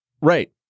Right